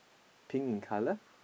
pink in colour